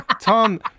Tom